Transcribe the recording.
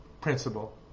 principle